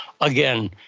again